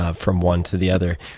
ah from one to the other.